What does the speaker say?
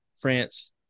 France